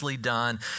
done